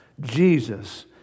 Jesus